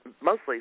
mostly